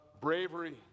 bravery